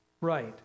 Right